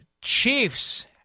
Chiefs